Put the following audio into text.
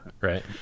Right